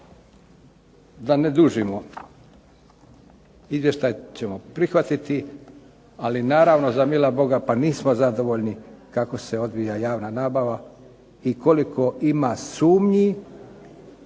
Da ne dužimo, izvještaj ćemo prihvatiti, ali naravno za mila Boga pa nismo zadovoljni kako se odvija javna nabava i koliko ima sumnji,